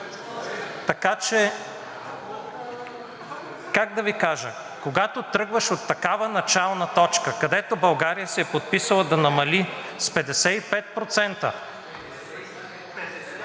Така че как да Ви кажа? Когато тръгваш от такава начална точка, където България се е подписала да намали с 55%,